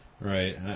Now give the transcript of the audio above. Right